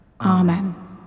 Amen